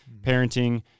parenting